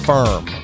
Firm